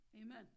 amen